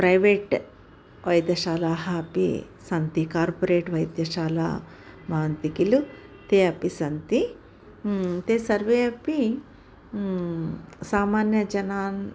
private वैद्यशालाः अपि सन्ति कार्पोरेट् वैद्यशालाः भवन्ति किल ते अपि सन्ति ते सर्वे अपि सामान्यजनान्